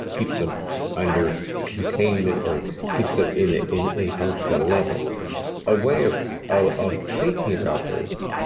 keeps them under containment or keeps them in in a functional level a way of ah of thinking about this,